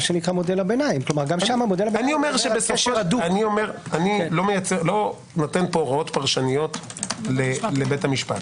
אני לא נותן פה הוראות פרשניות לבית המשפט.